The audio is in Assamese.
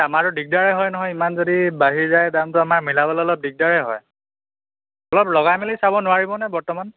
আমাৰো দিগদাৰে হয় নহয় ইমান যদি বাঢ়ি যায় দামটো আমাৰ মিলাবলৈ অলপ দিগদাৰেই হয় অলপ লগাই মেলি চাব নোৱাৰিব নে বৰ্তমান